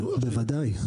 בוודאי.